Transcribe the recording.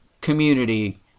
community